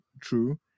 true